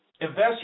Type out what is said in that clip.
investors